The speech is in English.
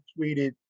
tweeted